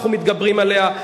אנחנו מתגברים עליה.